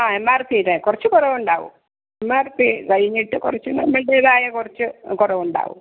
ആ M R P യോ ഇത് കുറച്ച് കുറവുണ്ടാവും എം ആർ പി കഴിഞ്ഞിട്ട് കുറച്ച് നമ്മളുടേതായ കുറച്ച് കുറവുണ്ടാവും